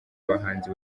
abahanzi